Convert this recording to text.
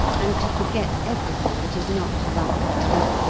and to forget everything that is not la patrie.